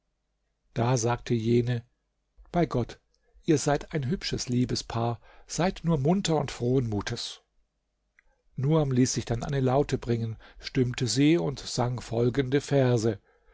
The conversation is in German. da sagte jene bei gott ihr seid ein hübsches liebespaar seid nur munter und frohen mutes nuam ließ sich dann eine laute bringen stimmte sie und sang folgende verse